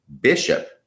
bishop